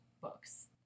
books